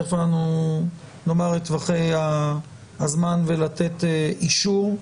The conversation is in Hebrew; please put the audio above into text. תכף אנחנו נאמר את טווחי הזמן ולתת אישור.